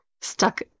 stuck